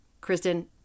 Kristen